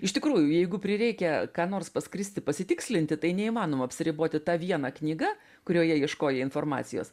iš tikrųjų jeigu prireikia ką nors paskristi pasitikslinti tai neįmanoma apsiriboti ta viena knyga kurioje ieškojai informacijos